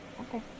Okay